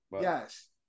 Yes